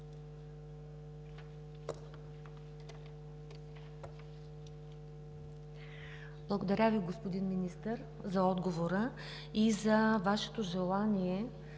Благодаря Ви, господин Министър, за отговора и за Вашето желание